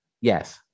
Yes